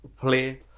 play